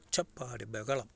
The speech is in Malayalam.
ഒച്ചപ്പാട് ബഹളം